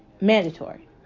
Mandatory